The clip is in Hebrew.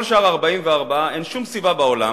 כל שאר ה-44, אין שום סיבה בעולם